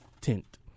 tint